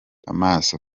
amaso